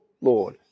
Lord